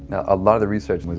a lot of the research and was,